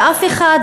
אף אחד,